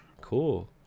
Cool